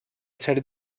sèrie